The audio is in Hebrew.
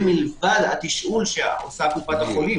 וזה נוסף לתשאול שעושה קופת החולים.